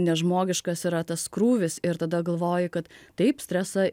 nežmogiškas yra tas krūvis ir tada galvoji kad taip stresą